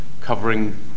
covering